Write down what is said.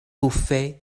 bwffe